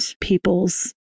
people's